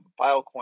Filecoin